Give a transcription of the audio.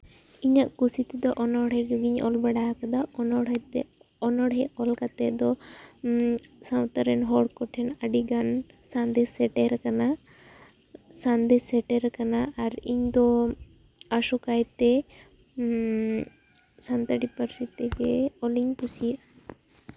ᱤᱧᱟᱹᱜ ᱠᱩᱥᱤ ᱛᱮᱫᱚ ᱚᱱᱚᱬᱦᱮᱸ ᱠᱚᱜᱮᱧ ᱚᱞ ᱵᱟᱲᱟ ᱠᱟᱫᱟ ᱚᱱᱚᱬᱦᱮᱸ ᱛᱮ ᱚᱱᱚᱬᱦᱮᱸ ᱚᱞ ᱠᱟᱛᱮᱫ ᱫᱚ ᱥᱟᱶᱛᱟ ᱨᱮᱱ ᱦᱚᱲ ᱠᱚᱴᱷᱮᱱ ᱟᱹᱰᱤᱜᱟᱱ ᱥᱟᱸᱫᱮᱥ ᱥᱮᱴᱮᱨ ᱟᱠᱟᱱᱟ ᱥᱟᱸᱫᱮᱥ ᱥᱮᱴᱮᱨ ᱟᱠᱟᱱᱟ ᱟᱨ ᱤᱧ ᱫᱚ ᱟᱥᱚᱠᱟᱭᱛᱮ ᱥᱟᱱᱛᱟᱲᱤ ᱯᱟᱹᱨᱥᱤ ᱛᱮᱜᱮ ᱚᱞ ᱤᱧ ᱠᱩᱥᱤᱭᱟᱜᱼᱟ